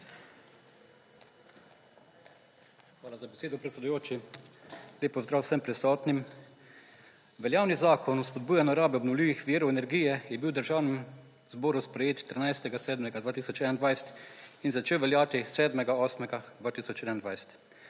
Hvala za besedo, predsedujoči. Lep pozdrav vsem prisotnim! Veljavni zakon o spodbujanju rabe obnovljivih virov energije je bil v Državnem zboru sprejet 13. 7. 2021 in začel veljati 7. 8. 2021.